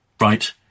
Right